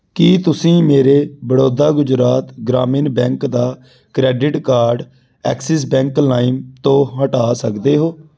ਕੀ ਤੁਸੀਂਂ ਮੇਰੇ ਬੜੌਦਾ ਗੁਜਰਾਤ ਗ੍ਰਾਮੀਣ ਬੈਂਕ ਦਾ ਕ੍ਰੈਡਿਟ ਕਾਰਡ ਐਕਸਿਸ ਬੈਂਕ ਲਾਇਮ ਤੋਂ ਹਟਾ ਸਕਦੇ ਹੋ